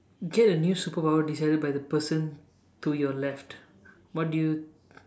get a new superpower decided by the person to your left what do you